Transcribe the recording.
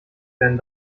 werden